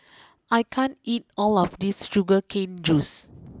I can't eat all of this Sugar Cane juice